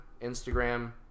Instagram